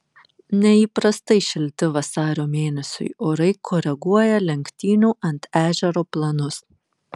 neįprastai šilti vasario mėnesiui orai koreguoja lenktynių ant ežero planus